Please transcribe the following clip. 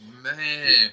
Man